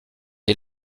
est